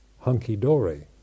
hunky-dory